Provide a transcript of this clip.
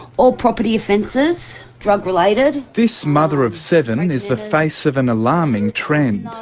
all property offences, drug related. this mother of seven is the face of an alarming trend.